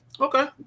Okay